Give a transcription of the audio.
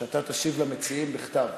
שאתה תשיב למציעים בכתב,